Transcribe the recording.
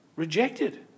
Rejected